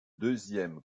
deuxième